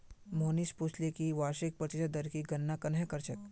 मोहनीश पूछले कि वार्षिक प्रतिशत दर की गणना कंहे करछेक